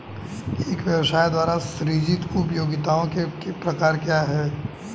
एक व्यवसाय द्वारा सृजित उपयोगिताओं के प्रकार क्या हैं?